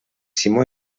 simó